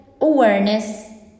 awareness